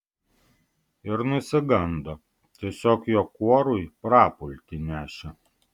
ir nusigando tiesiog jo kuorui prapultį nešė